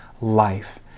life